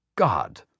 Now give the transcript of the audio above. God